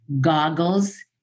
goggles